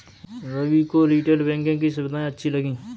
रवि को retail banking की सुविधाएं अच्छी लगी